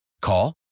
Call